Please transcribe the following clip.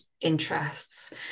interests